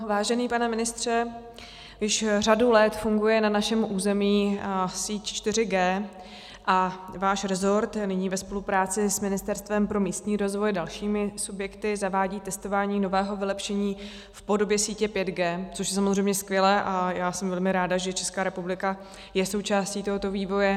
Vážený pane ministře, již řadu let funguje na našem území síť 4G a váš resort nyní ve spolupráci s Ministerstvem pro místní rozvoj a dalšími subjekty zavádí testování nového vylepšení v podobě sítě 5G, což je samozřejmě skvělé a já jsem velmi ráda, že Česká republika je součástí tohoto vývoje.